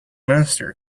minister